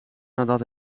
nadat